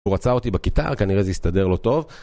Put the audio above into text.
הוא רצה אותי בכיתה, כנראה זה הסתדר לו טוב.